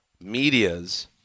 media's